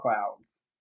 clouds